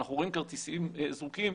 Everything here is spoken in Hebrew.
ואנחנו רואים כרטיסים זרוקים,